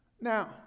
Now